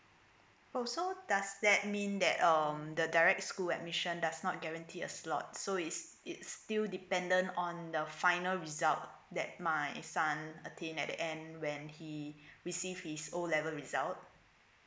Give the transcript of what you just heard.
oh so does that mean that um the direct school admission does not guarantee a slot so is it's still dependent on the final result that my son attained at the end when he received his O level result